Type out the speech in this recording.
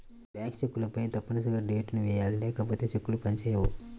bank చెక్కులపైన తప్పనిసరిగా date ని వెయ్యాలి లేకపోతే చెక్కులు పని చేయవు